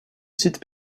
site